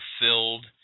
fulfilled